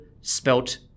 spelt